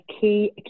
key